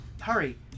Hurry